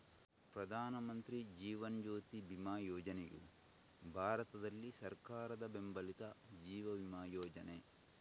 ಪ್ರಧಾನ ಮಂತ್ರಿ ಜೀವನ್ ಜ್ಯೋತಿ ಬಿಮಾ ಯೋಜನೆಯು ಭಾರತದಲ್ಲಿ ಸರ್ಕಾರದ ಬೆಂಬಲಿತ ಜೀವ ವಿಮಾ ಯೋಜನೆ